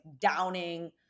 downing